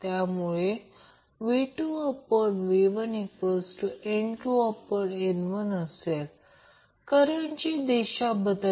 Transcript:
तर VCI0ω0C म्हणजे याचा अर्थ न्यूमरेटर आणि डीनोमिनेटरला R ने गुणाकार केल्यास ते VC RI0 ω0C R असे होईल म्हणजे VC Q V असेल